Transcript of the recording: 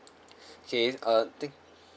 okay uh